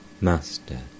Master